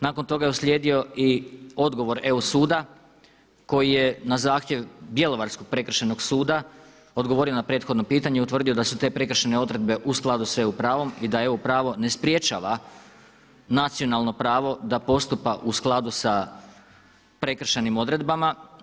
Nakon toga je uslijedio i odgovor EU suda koji je na zahtjev Bjelovarskog prekršajnog suda odgovorio na prethodno pitanje i utvrdio da su te prekršajne odredbe u skladu s EU pravom i da EU pravo ne sprječava nacionalno pravo da postupa u skladu sa prekršajni odredbama.